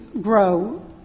grow